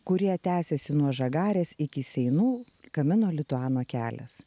kurie tęsiasi nuo žagarės iki seinų kamino lituano kelias